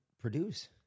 produce